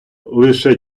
лише